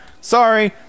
sorry